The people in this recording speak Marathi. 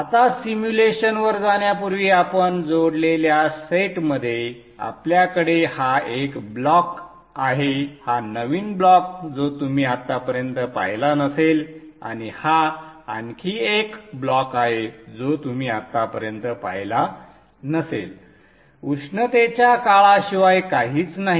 आता सिम्युलेशन वर जाण्यापूर्वी आपण जोडलेल्या सेटमध्ये आपल्याकडे हा एक ब्लॉक आहे हा नवीन ब्लॉक जो तुम्ही आतापर्यंत पाहिला नसेल आणि हा आणखी एक ब्लॉक आहे जो तुम्ही आतापर्यंत पाहिला नसेल उष्णतेच्या काळा शिवाय काहीच नाही